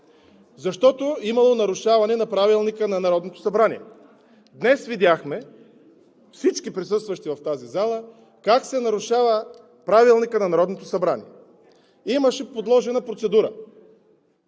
защото имало нарушаване на Правилника на Народното събрание. Днес видяхме – всички присъстващи в тази зала, как се нарушава Правилникът на Народното събрание. Имаше подложена процедура